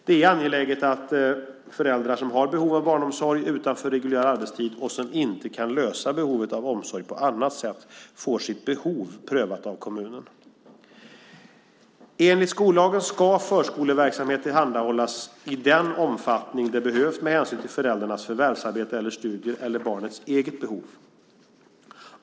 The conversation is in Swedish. Det är angeläget att föräldrar som har behov av barnomsorg utanför reguljär arbetstid, och som inte kan lösa behovet av omsorg på annat sätt, får sitt behov prövat av kommunen. Enligt skollagen ska förskoleverksamhet tillhandahållas i den omfattning det behövs med hänsyn till föräldrarnas förvärvsarbete eller studier, eller barnets eget behov.